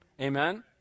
Amen